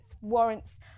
warrants